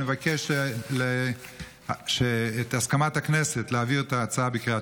אני מבקש את הסכמת הכנסת להעביר את ההצעה בקריאה